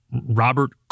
Robert